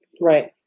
Right